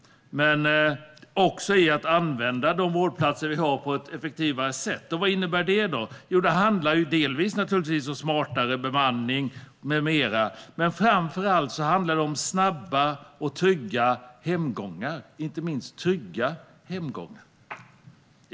Men det handlar också om att använda de vårdplatser vi har på ett mer effektivt sätt. Vad innebär det? Det handlar bland annat om smartare bemanning, men det handlar framför allt om snabba och inte minst trygga hemgångar.